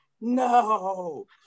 No